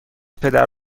پدر